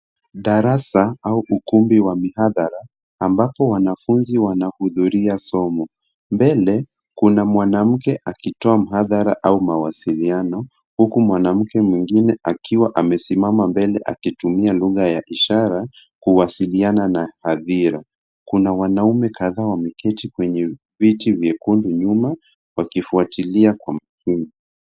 Darasa au ukumbi wa mihadhara ambapo wanafunzi wanahudhuria somo. Mbele, kuna mwanamke akitoa mhadhara au mawasiliano huku mwanamke mwingine akiwa amesimama mbele akitumia lugha ya ishara kuwasiliana na hadhira. Kuna wanaume kadhaa wameketi kwenye viti vyekundu nyuma wakifuatilia kwa umakini.